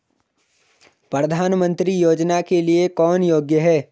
प्रधानमंत्री योजना के लिए कौन योग्य है?